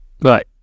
Right